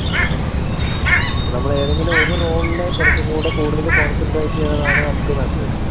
okay നമ്മൾ ഏതെങ്കിലും ഒരു റോളിൽ കുറച്ചും കൂടി കൂടുതൽ കോൺസെൻട്രേറ്റ് ചെയ്യണം എന്നാണ് നമുക്ക് നല്ലത്